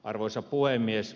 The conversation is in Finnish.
arvoisa puhemies